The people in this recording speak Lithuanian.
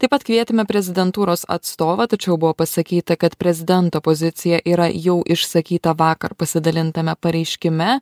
taip pat kvietėme prezidentūros atstovą tačiau buvo pasakyta kad prezidento pozicija yra jau išsakyta vakar pasidalintame pareiškime